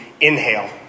inhale